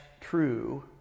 true